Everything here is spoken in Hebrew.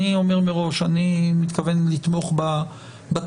אני אומר מראש: אני מתכוון לתמוך בתקנות.